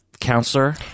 counselor